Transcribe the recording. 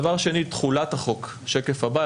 דבר שני, תחולת החוק בשקף הבא.